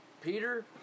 Peter